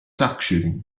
duckshooting